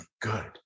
good